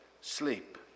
sleep